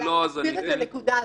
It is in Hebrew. אני רוצה רק להסביר את הנקודה הזאת.